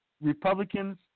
Republicans